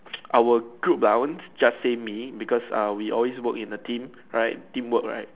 our group lah I won't just say me because uh we always work in a team right teamwork right